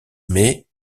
mais